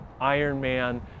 Ironman